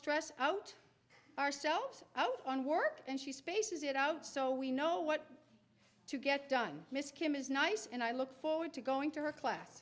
stress out ourselves on work and she spaces it out so we know what to get done kim is nice and i look forward to going to her class